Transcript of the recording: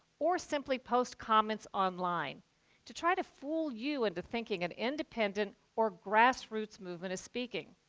or simply post comments online to try to fool you into thinking an independent or grassroots movement is speaking.